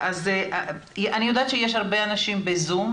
אני יודעת שיש הרבה אנשים בזום,